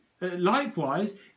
Likewise